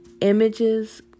images